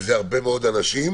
וזה הרבה מאוד אנשים,